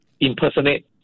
impersonate